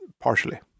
partially